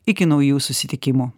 iki naujų susitikimų